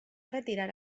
retirar